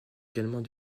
également